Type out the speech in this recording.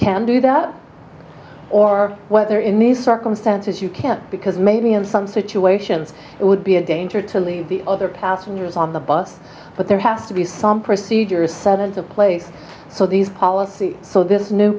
can do that or whether in these circumstances you can't because maybe in some situations it would be a danger to leave the other passengers on the bus but there have to be some procedures set into place so these policy so this new